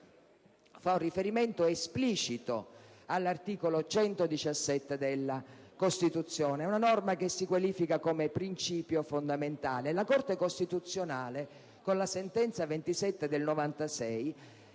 fa un riferimento esplicito all'articolo 117 della Costituzione, una norma che si qualifica come principio fondamentale. La Corte costituzionale, con la sentenza n. 27 del 1996,